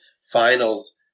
finals